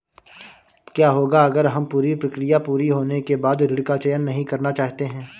क्या होगा अगर हम पूरी प्रक्रिया पूरी होने के बाद ऋण का चयन नहीं करना चाहते हैं?